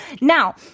Now